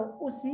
aussi